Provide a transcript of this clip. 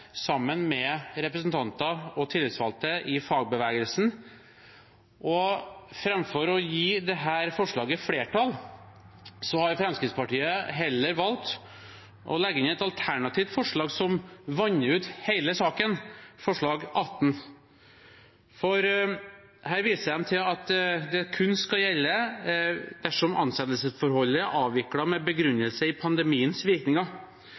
sammen med representanter og tillitsvalgte i fagbevegelsen. Framfor å gi det forslaget flertall har Fremskrittspartiet valgt å legge inn et alternativt forslag som vanner ut hele saken, forslag nr. 18. Her viser de til at det kun skal gjelde dersom ansettelsesforholdet er avviklet med begrunnelse i pandemiens virkninger.